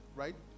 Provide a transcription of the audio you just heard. right